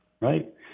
right